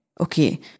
Okay